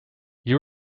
you